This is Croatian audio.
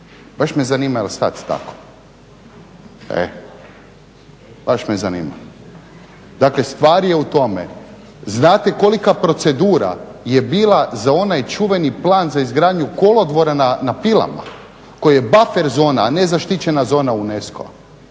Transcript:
Baš me zanima jel' sad tako? Baš me zanima. Dakle, stvar je u tome. Znate kolika procedura je bila za onaj čuveni plan za izgradnju kolodvora na Pilama koji je buffer zona, a ne zaštićena zona UNESCO-a.